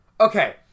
Okay